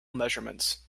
measurements